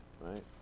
right